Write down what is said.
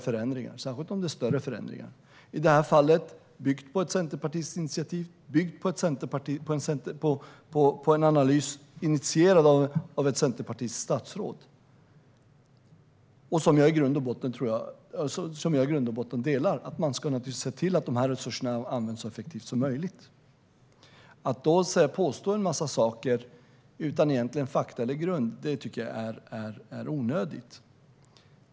Förändringarna bygger i det här fallet på ett centerpartistiskt initiativ och på en analys som initierades av ett centerpartistiskt statsråd. Jag delar i grund och botten att man ska se till att dessa resurser används så effektivt som möjligt. Att då påstå en massa saker utan att ha några egentliga fakta eller någon egentlig grund för det tycker jag är onödigt.